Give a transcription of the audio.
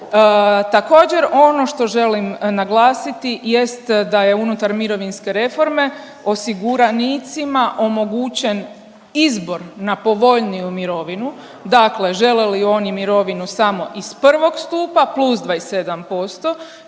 Također, ono što želim naglasiti jest da je unutar mirovinske reforme osiguranicima omogućen izbor na povoljniju mirovinu, dakle želi li oni mirovinu samo iz I. stupa plus 27%